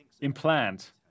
implant